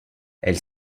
elle